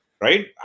right